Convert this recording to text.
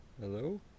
Hello